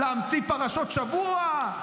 להמציא פרשות שבוע.